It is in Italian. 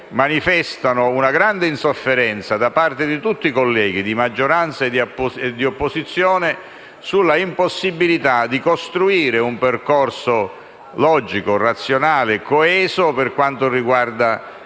manifestano una grande insofferenza da parte di tutti i colleghi, di maggioranza e di opposizione, sull'impossibilità di costruire un percorso logico, razionale e coeso per quanto riguarda